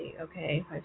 okay